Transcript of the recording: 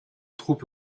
troupes